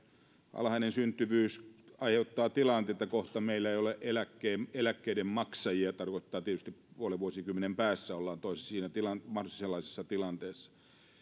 alhainen syntyvyys aiheuttaa tilanteen että kohta meillä ei ole eläkkeiden maksajia tarkoittaa tietysti että puolen vuosikymmenen päässä ollaan mahdollisesti sellaisessa tilanteessa